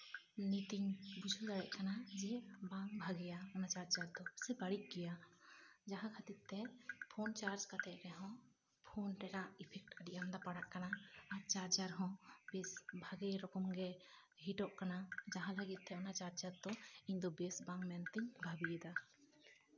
ᱱᱤᱛᱤᱧ ᱵᱩᱡᱷᱟᱹᱣ ᱫᱟᱲᱮᱭᱟᱜ ᱠᱟᱱᱟ ᱡᱮ ᱵᱟᱝ ᱵᱷᱟᱜᱮᱭᱟ ᱚᱱᱟ ᱪᱟᱨᱡᱟᱨ ᱫᱚ ᱥᱮ ᱵᱟᱹᱲᱤᱡ ᱜᱮᱭᱟ ᱡᱟᱦᱟᱸ ᱠᱷᱟᱹᱛᱤᱨ ᱛᱮ ᱯᱷᱳᱱ ᱪᱟᱨᱡᱽ ᱠᱟᱛᱮ ᱨᱮᱦᱚᱸ ᱯᱷᱳᱱ ᱨᱮᱱᱟᱜ ᱤᱯᱷᱮᱠᱴ ᱟᱹᱰᱤ ᱟᱢᱫᱟ ᱯᱟᱲᱟᱜ ᱠᱟᱱᱟ ᱪᱟᱨᱡᱟᱨ ᱦᱚᱸ ᱵᱮᱥ ᱵᱷᱟᱜᱮ ᱨᱚᱠᱚᱢ ᱜᱮ ᱦᱤᱴᱚᱜ ᱠᱟᱱᱟ ᱡᱟᱦᱟᱸ ᱞᱟᱹᱜᱤᱫ ᱛᱮ ᱚᱱᱟ ᱪᱟᱨᱡᱟᱨ ᱫᱚ ᱤᱧ ᱫᱚ ᱵᱮᱥ ᱵᱟᱝ ᱢᱮᱱᱛᱤᱧ ᱵᱷᱟᱹᱵᱤᱭᱮᱫᱟ